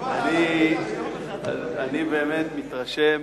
חבר הכנסת אלסאנע, אני מתרשם